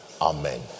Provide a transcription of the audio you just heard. amen